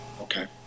Okay